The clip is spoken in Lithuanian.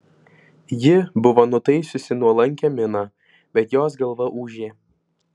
ji buvo nutaisiusi nuolankią miną bet jos galva ūžė